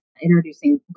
Introducing